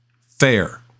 fair